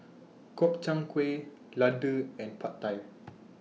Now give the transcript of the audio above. Gobchang Gui Ladoo and Pad Thai